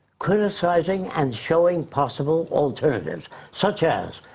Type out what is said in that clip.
criticizing and showing possible alternatives such as,